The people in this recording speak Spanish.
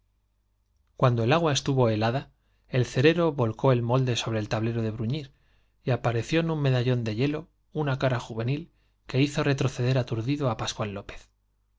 cuando el agua estuvo helada el cerero volcó el molde sobre el de bruñir y apareció en un tablero que hizo retro ce medallón de hielo una cara juvenil der aturdido á pascual lópez